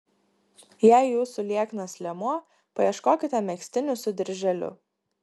jei jūsų lieknas liemuo paieškokite megztinių su dirželiu